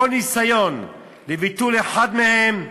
כל ניסיון לביטול אחד מהם,